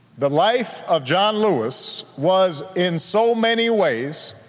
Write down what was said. the life of john lewis was, in so many ways,